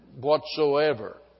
whatsoever